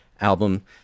album